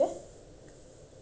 jazz collections கிட்ட:kitta